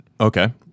Okay